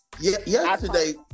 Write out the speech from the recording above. Yesterday